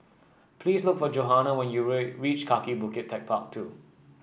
please look for Johannah when you reach Kaki Bukit TechparK Two